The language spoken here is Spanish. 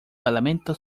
parlamento